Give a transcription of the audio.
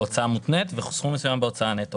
בהוצאה מותנית וסכום מסוים בהוצאה נטו.